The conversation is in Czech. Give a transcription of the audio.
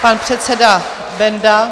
Pan předseda Benda.